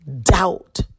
doubt